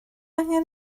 angen